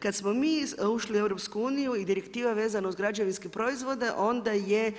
Kad smo mi ušli u EU i direktiva vezana uz građevinske proizvode, onda je